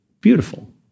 beautiful